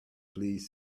please